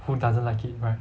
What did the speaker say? who doesn't like it right